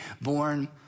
born